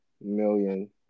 million